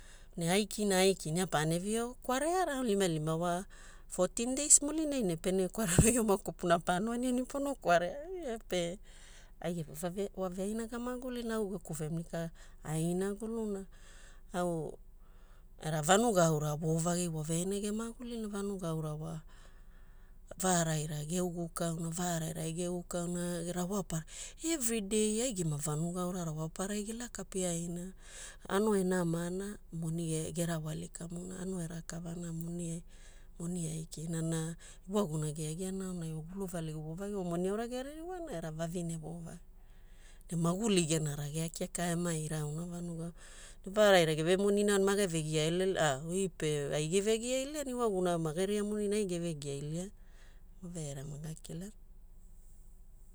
Ne aikina ne aikina ia paena vio kwareara aunilimalima wa fotin deis mulinai ne pene kwarea arigioma kwapuna pano aniani pono kwarea ai voveaina gamagulina au geku familika ai e inaguluna au era vanuga aura vovagi voveaina gamagulina. Vanuga aura wa varaira geugukauna, varaira ai geugukauna, rawapara, evri dei ai gema vanuga aura rawaparai gelaka piaina ano enamana e gerawali kamuna nanu erakavana moni aikina na ewagumona geagiana aonai wa gulu valigu vovagi moni aura geririwana era vavine vovagi ne maguli gena rageai keaka ema irauna vanuga, varaira geve monina mage vegia lealeana, oi pe ai gevegia iliana ewagumona mageria moni ai geve gia iliana voveaira maga kilana.